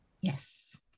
Yes